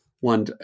One